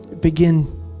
begin